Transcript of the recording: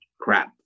crap